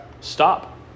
Stop